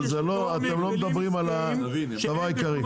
אבל אתם לא מדברים על הדבר העיקרי.